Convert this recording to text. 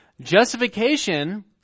Justification